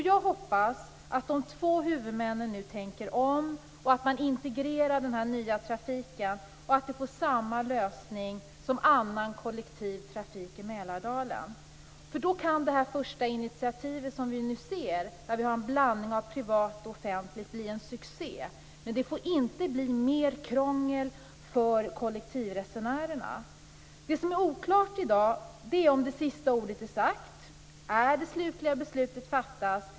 Jag hoppas att de två huvudmännen nu tänker om, att man integrerar den nya trafiken och att den får samma lösning som annan kollektivtrafik i Mälardalen. Då kan det här första initiativet som vi nu ser med en blandning av privat och offentligt bli en succé. Men det får inte bli mer krångel för kollektivresenärerna. Det som är oklart i dag är om det sista ordet är sagt. Är det slutliga beslutet fattat?